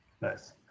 Nice